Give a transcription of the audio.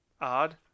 Odd